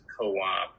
co-op